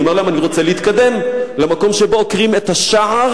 אני אומר להם: אני רוצה להתקדם למקום שבו עוקרים את השער,